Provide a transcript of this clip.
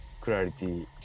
clarity